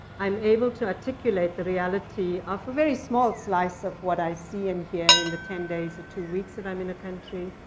i'm able to articulate the reality of a very small slice of what i see and hear in the ten days or two weeks that i'm in a country,